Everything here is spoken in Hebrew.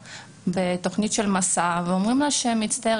בתכנית של 'מסע' ואומרים לה: מצטערים,